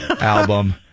album